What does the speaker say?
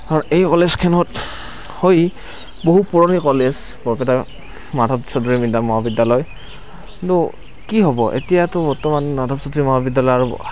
এই কলেজখনত হয় বহু পুৰণি কলেজ বৰপেটাৰ মাধৱ চৌধুৰী মহাবিদ্যালয় কিন্তু কি হ'ব এতিয়াতো বৰ্তমান মাধৱ চৌধুৰী মহাবিদ্যালয়